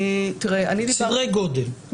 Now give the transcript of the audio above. סדר גודל.